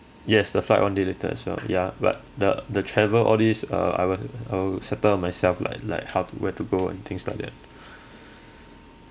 yes the flight one day later as well ya but the the travel all these uh I will I will settle myself like like how to where to go and things like that